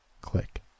click